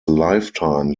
lifetime